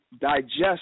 digest